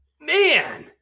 Man